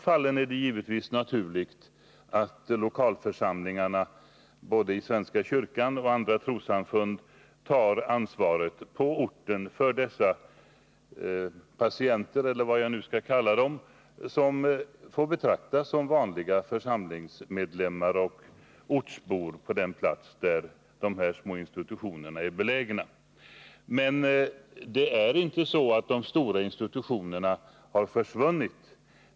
Därmed är det naturligt att lokalförsamlingarna både i svenska kyrkan och i andra trossamfund tar ansvaret för dessa människors andliga vård. De får helt enkelt betraktas som församlingsmedlemmar på de orter där institutionerna är belägna. De stora institutionerna har emellertid inte försvunnit.